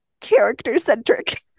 character-centric